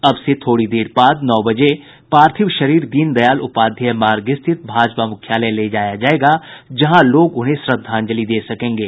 अब से थोड़ी देर बाद नौ बजे पार्थिव शरीर दीन दयाल उपाध्याय मार्ग स्थित भाजपा मुख्यालय ले जाया जाएगा जहां लोग उन्हें श्रद्धांजलि दे सकेंगे